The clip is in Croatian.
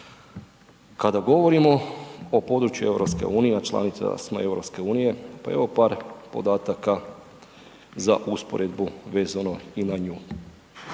Kada govorimo o području EU a članica smo EU pa evo par podataka za usporedbu vezano i na nju.